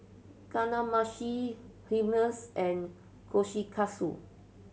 Kamameshi Hummus and Kushikatsu